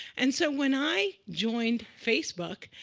and so when i joined facebook,